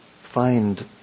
find